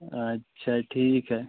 अच्छा ठीक है